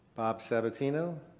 bob sabatino.